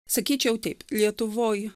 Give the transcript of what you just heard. sakyčiau taip lietuvoj